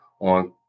on